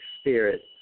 spirit